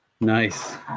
Nice